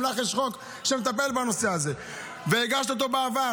גם לך יש חוק שמטפל בנושא הזה והגשת אותו בעבר,